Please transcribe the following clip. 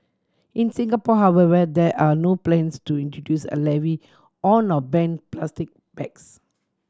in Singapore however there are no plans to introduce a levy on or ban plastic bags